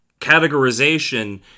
categorization